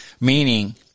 Meaning